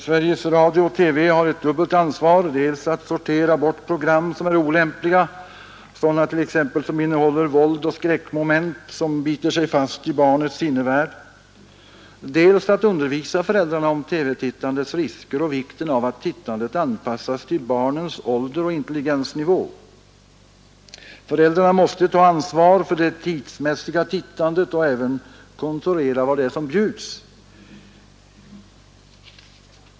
Sveriges Radio-TV har här ett dubbelt ansvar: dels att sortera bort program som är olämpliga, t.ex. sådana som innehåller våld och skräckmoment som biter sig fast i barnets sinnevärld, dels att undervisa föräldrarna om TV-tittandets risker och vikten av att tittandet anpassas till barnens ålder och intelligensnivå. Föräldrarna måste ta ansvar för att ransonera tiden för TV-tittandet och även kontrollera vad som bjuds.